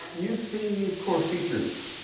you've seen these core features.